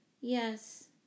Yes